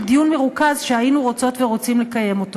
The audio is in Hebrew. דיון מרוכז שהיינו רוצות ורוצים לקיים.